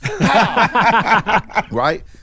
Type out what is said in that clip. Right